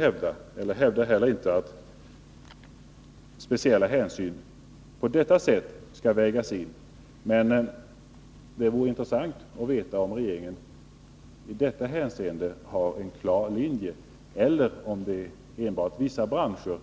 Jag hävdar inte att speciella hänsyn på detta sätt skall vägas in, men det vore intressant att veta om regeringen har en klar linje eller om det enbart är vissa branscher